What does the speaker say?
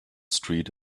street